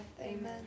Amen